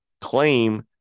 claim